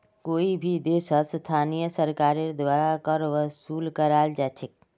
कोई भी देशत स्थानीय सरकारेर द्वारा कर वसूल कराल जा छेक